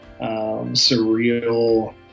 surreal